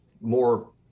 more